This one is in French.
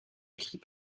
écrit